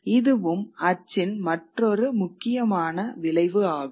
இதுவும் அச்சின் மற்றொரு முக்கியமான விளைவு ஆகும்